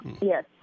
yes